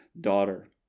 Daughter